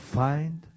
find